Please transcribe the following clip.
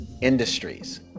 industries